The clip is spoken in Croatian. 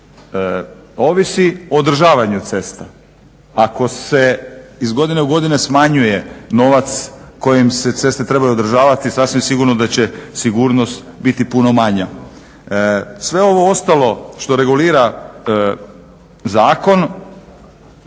Ovisi o održavanju cesta. Ako se iz godine u godinu smanjuje novac kojim se ceste trebaju održavati sasvim sigurno da će sigurnost biti puno manja. Sve ovo ostalo što regulira zakon